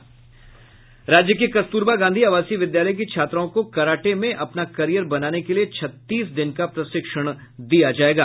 राज्य के कस्तुरबा गांधी आवासीय विद्यायल की छात्राओं को कराटे में अपना करियर बनाने के लिए छत्तीस दिन का प्रशिक्षण दिया जायेगा